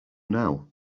now